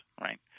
Right